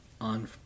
on